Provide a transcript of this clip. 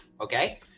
Okay